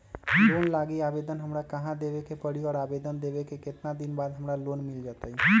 Loan लागी आवेदन हमरा कहां देवे के पड़ी और आवेदन देवे के केतना दिन बाद हमरा लोन मिल जतई?